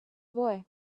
boy